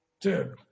Dude